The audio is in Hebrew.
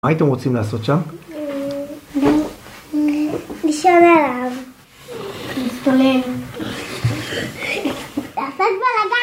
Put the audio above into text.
מה הייתם רוצים לעשות שם? לישון עליו, להשתולל, לעשות בלגן